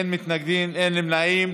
אין מתנגדים, אין נמנעים.